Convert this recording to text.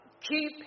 keep